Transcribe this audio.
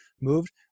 moved